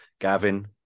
gavin